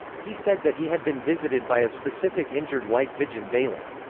he said that he had been visited by a specific injured white pigeon daily.